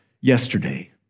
yesterday